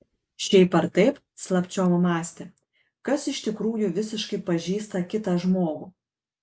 šiaip ar taip slapčiom mąstė kas iš tikrųjų visiškai pažįsta kitą žmogų